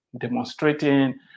demonstrating